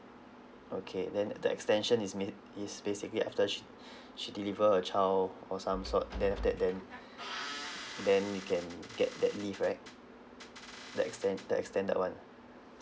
okay then uh the extension is made is basically afterwards she she delivered a child or some sort then after that then then we can get that leave right the extend the extended [one] ah